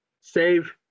save